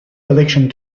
election